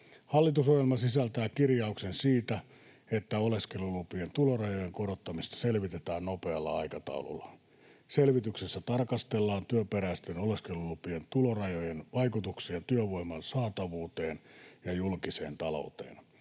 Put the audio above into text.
Hallitusohjelma sisältää kirjauksen siitä, että oleskelulupien tulorajojen korottamista selvitetään nopealla aikataululla. Selvityksessä tarkastellaan työperäisten oleskelulupien tulorajojen vaikutuksia työvoiman saatavuuteen ja julkiseen talouteen.